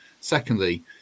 Secondly